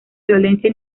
violencia